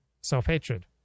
self-hatred